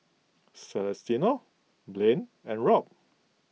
Celestino Blane and Robb